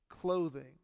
clothing